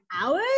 hours